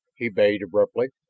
he bade abruptly.